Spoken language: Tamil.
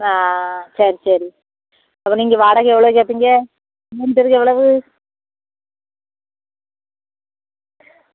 சரி சரி அப்போ நீங்கள் வாடகை எவ்வளோ கேட்பீங்க மூணு பேருக்கு எவ்வளவு